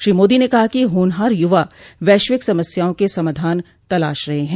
श्री मोदी ने कहा कि होनहार युवा वैश्विक समस्याओं के समाधान तलाश रहे हैं